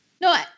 No